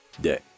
day